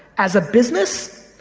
as a business,